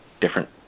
different